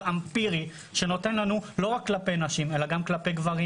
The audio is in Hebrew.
אמפירי לא רק כלפי נשים אלא גם כלפי גברים